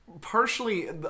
partially